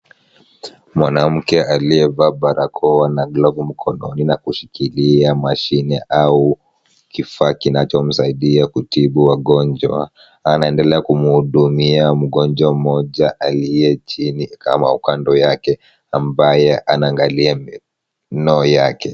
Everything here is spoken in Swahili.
Mwanamke aliyevaa barakoa na glovu mkononi na kushikilia mashine au kifaa kinachomsaidia kutibu wagonjwa, anaendelea kumhudumia mgonjwa mmoja aliye chini ama kando yake, ambaye anaangalia meno yake.